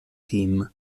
team